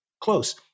close